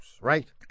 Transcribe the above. right